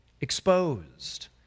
exposed